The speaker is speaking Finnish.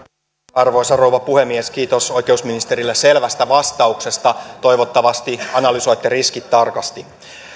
arvoisa rouva puhemies kiitos oikeusministerille selvästä vastauksesta toivottavasti analysoitte riskit tarkasti